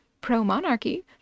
pro-monarchy